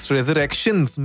Resurrections